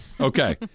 Okay